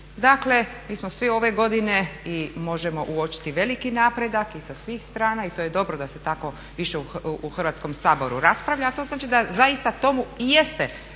Dakle, mi smo svi ove godine i možemo uočiti veliki napredak i sa svih strana i to je dobro da se tako više u Hrvatskom saboru raspravlja, a to znači da zaista tomu i jeste